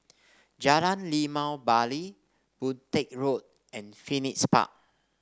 Jalan Limau Bali Boon Teck Road and Phoenix Park